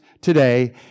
today